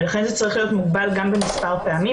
ולכן זה צריך להיות מוגבל גם במספר הפעמים,